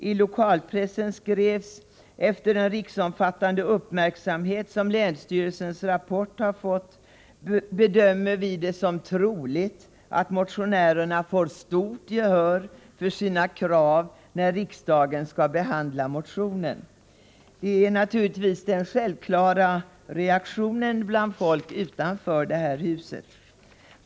I lokalpressen skrevs: ”Efter den riksomfattande uppmärksamhet som länsstyrelsens rapport har fått bedömer vi det som troligt att motionärerna får stort gehör för sina krav när riksdagen skall behandla motionen.” Det är naturligtvis den självklara reaktionen från folk utanför det här huset.